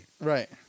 Right